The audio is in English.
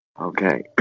Okay